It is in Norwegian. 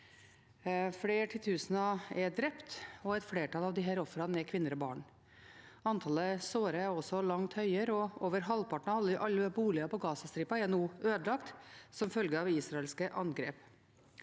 Flere titusener er drept, og et flertall av disse ofrene er kvinner og barn. Antall sårede er langt høyere, og over halvparten av alle boliger på Gazastripen er nå ødelagt som følge av israelske angrep.